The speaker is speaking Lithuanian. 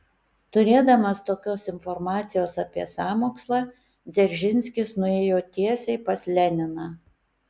turėdamas tokios informacijos apie sąmokslą dzeržinskis nuėjo tiesiai pas leniną